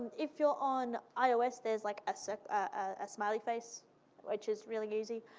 if you're on ios, there's like a so ah smiley face which is really easy.